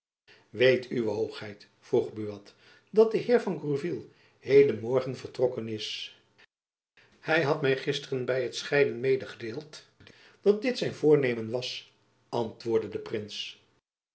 weet uwe hoogheid vroeg buat dat de heer de gourville heden morgen vertrokken is hy had my gisteren by het scheiden medegedeeld dat dit zijn voornemen was antwoordde de prins